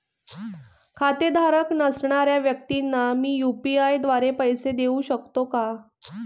खातेधारक नसणाऱ्या व्यक्तींना मी यू.पी.आय द्वारे पैसे देऊ शकतो का?